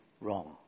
Wrong